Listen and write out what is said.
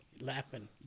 laughing